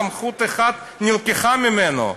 סמכות אחת נלקחה ממנו,